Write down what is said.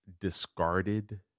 discarded